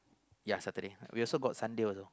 yeah Saturday we also got Sunday also